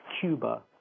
Cuba